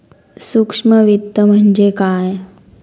सूक्ष्म वित्त म्हणजे काय?